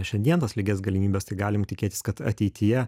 šiandien tas lygias galimybes tai galim tikėtis kad ateityje